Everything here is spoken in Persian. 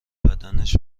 بدنش